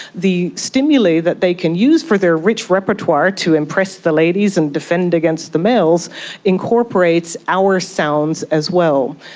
the stimuli that they can use for their rich repertoire to impress the ladies and defend against the males incorporates our sounds as well.